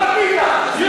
תתביישי, לא מתאים לך.